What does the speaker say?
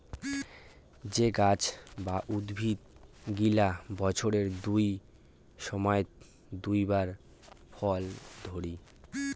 যে গাছ বা উদ্ভিদ গিলা বছরের দুই সময়ত দুই বার ফল ধরি